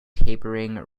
tapering